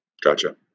Gotcha